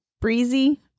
Breezy